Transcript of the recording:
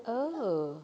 oh